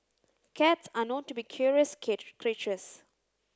cats are known to be curious creatures